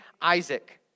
Isaac